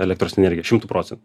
elektros energiją šimtu procentų